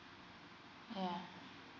yeah